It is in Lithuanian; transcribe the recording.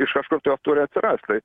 iš kažkur tai jos turi atsirast tai